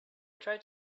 try